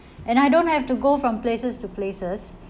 and I don't have to go from places to places